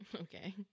Okay